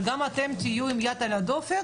אבל גם אתם: תהיו עם יד על הדופק,